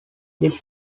this